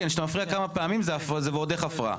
אבל כשאתה מפריע כמה פעמים זה ועוד איך הפרעה.